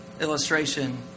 illustration